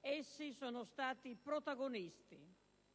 Essi sono stati protagonisti